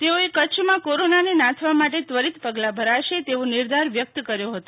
તેઓએ કચ્છમાં કોરોનાને નાથવા માટે ત્વરીત પગલાં ભરાશે તેવો નિર્ધાર વ્યક્ત કર્યો હતો